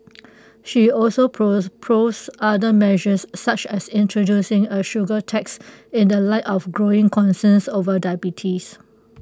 she also proposed other measures such as introducing A sugar tax in the light of growing concerns over diabetes